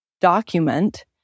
document